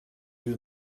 you